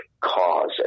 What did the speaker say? cause